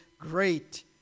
great